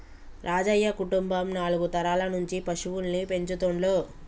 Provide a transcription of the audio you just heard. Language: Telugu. రాజయ్య కుటుంబం నాలుగు తరాల నుంచి పశువుల్ని పెంచుతుండ్లు